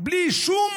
בלי שום